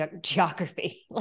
geography